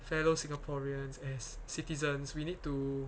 fellow singaporeans as citizens we need to